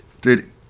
Dude